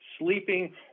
sleeping